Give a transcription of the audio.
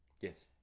Yes